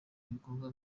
ibikorwa